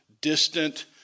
distant